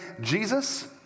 Jesus